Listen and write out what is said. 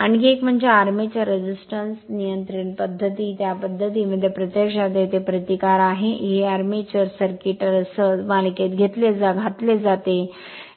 आणखी एक म्हणजे आर्मेचर रेझिस्टर्स रेझिस्टन्स नियंत्रण पध्दती या पध्दतीमध्ये प्रत्यक्षात येथे प्रतिकार आहे हे आर्मेचर सर्किट सह मालिकेत घातले जाते